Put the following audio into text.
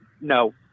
no